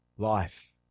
Life